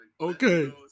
Okay